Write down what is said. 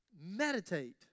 meditate